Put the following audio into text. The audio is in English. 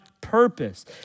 Purpose